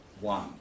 one